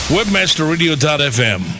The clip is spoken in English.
WebmasterRadio.fm